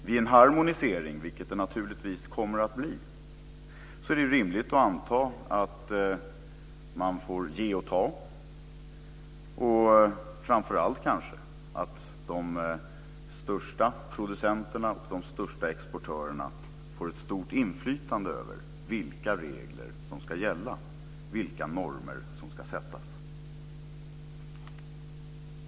Vid en harmonisering, vilket det naturligtvis kommer att bli, är det rimligt att anta att man får ge och ta och kanske framför allt att de största producenterna och de största exportörerna får ett stort inflytande över vilka regler som ska gälla och vilka normer som ska sättas.